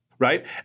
Right